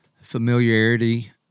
familiarity